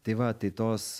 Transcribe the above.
tai va tai tos